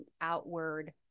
outward